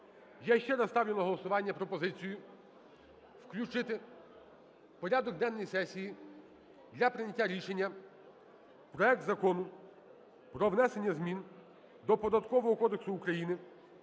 Я ще раз ставлю на голосування пропозицію включити порядок денний сесії для прийняття рішення проект Закону про внесення змін до Податкового кодексу України